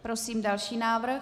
Prosím další návrh.